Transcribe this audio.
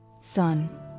Son